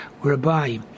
whereby